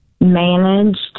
managed